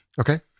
Okay